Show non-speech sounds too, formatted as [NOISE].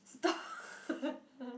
stop [LAUGHS]